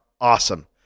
awesome